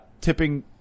tipping